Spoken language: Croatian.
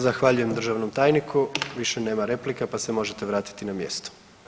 Zahvaljujem državnom tajniku, više nema replika pa se možete vratiti na mjesto.